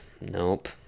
Nope